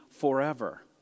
forever